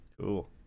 Cool